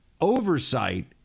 Oversight